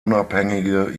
unabhängige